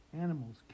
animals